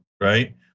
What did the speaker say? right